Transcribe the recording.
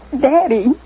Daddy